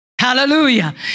Hallelujah